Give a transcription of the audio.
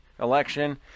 election